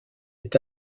est